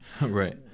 right